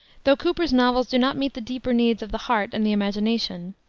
though cooper's novels do not meet the deeper needs of the heart and the imagination,